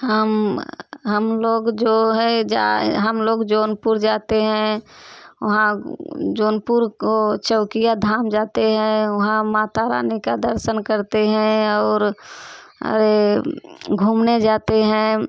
हम हम लोग जो हैं जाए हम लोग जौनपुर जाते हैं वहाँ जौनपुर को चौकिया धाम जाते हैं वहाँ माता रानी का दर्शन करते हैं और अरे घूमने जाते हैं